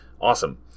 Awesome